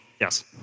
Yes